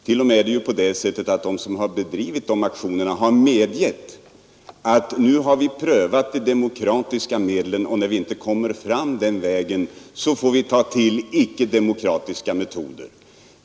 Det är ju t.o.m. så att de som har bedrivit dessa aktioner har medgett att ”nu har vi prövat de demokratiska medlen, och när vi inte kommer fram den vägen så får vi ta till icke-demokratiska metoder”.